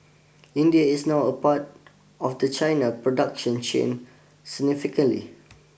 India is now a part of the China production chain significantly